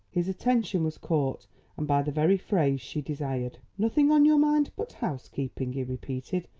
his attention was caught and by the very phrase she desired. nothing on your mind but housekeeping? he repeated.